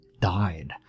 died